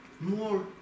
more